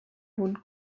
would